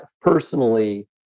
personally